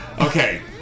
Okay